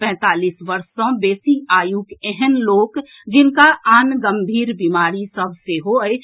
पैंतालीस वर्ष सॅ बेसी आयुक एहेन लोक जिनका अन्य गंभीर बीमारी सभ सेहो अछि